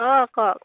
অঁ কওক